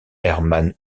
hermann